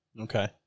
Okay